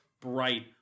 bright